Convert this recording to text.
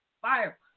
fire